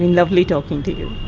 lovely talking to you